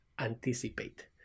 anticipate